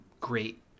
great